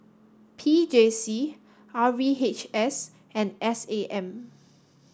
P J C R V H S and S A M